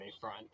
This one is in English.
front